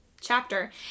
chapter